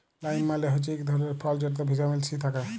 lime মালে হচ্যে ইক ধরলের ফল যেটতে ভিটামিল সি থ্যাকে